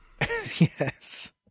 Yes